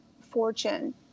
fortune